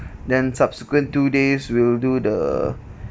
then subsequent two days we'll do the